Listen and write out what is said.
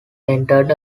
entered